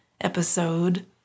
episode